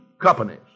companies